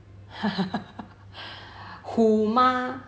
虎妈